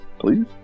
please